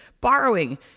borrowing